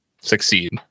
succeed